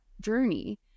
journey